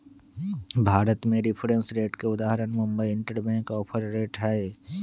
भारत में reference rate के उदाहरण मुंबई इंटरबैंक ऑफर रेट हइ